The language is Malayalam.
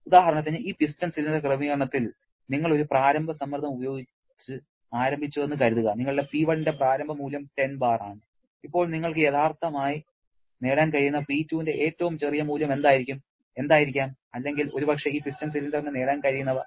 ഉദാഹരണത്തിന് ഈ പിസ്റ്റൺ സിലിണ്ടർ ക്രമീകരണത്തിൽ നിങ്ങൾ ഒരു പ്രാരംഭ സമ്മർദ്ദം ഉപയോഗിച്ച് ആരംഭിച്ചുവെന്ന് കരുതുക നിങ്ങളുടെ P1 ന്റെ പ്രാരംഭ മൂല്യം 10 ബാർ ആണ് അപ്പോൾ നിങ്ങൾക്ക് യഥാർത്ഥമായി നേടാൻ കഴിയുന്ന P2 ന്റെ ഏറ്റവും ചെറിയ മൂല്യം എന്തായിരിക്കാം അല്ലെങ്കിൽ ഒരുപക്ഷേ ഈ പിസ്റ്റൺ സിലിണ്ടറിന് നേടാൻ കഴിയുന്നവ